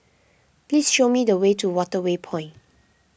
please show me the way to Waterway Point